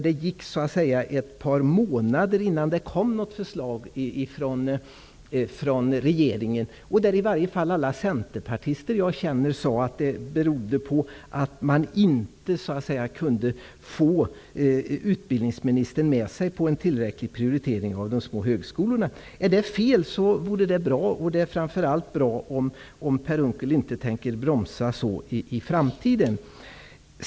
Det gick ett par månader innan något förslag kom från regeringen, och alla centerpartier som jag känner sade att det berodde på att man inte kunde få utbildningsministern med på en tillräcklig prioritering av de små högskolorna. Är detta påstående felaktigt, är det bra. Framför allt vore det bra om Per Unckel inte bromsar på ett sådant sätt i framtiden.